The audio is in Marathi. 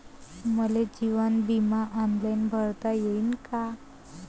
मले जीवन बिमा ऑनलाईन भरता येईन का?